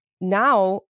now